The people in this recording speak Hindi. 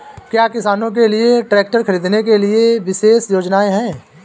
क्या किसानों के लिए ट्रैक्टर खरीदने के लिए विशेष योजनाएं हैं?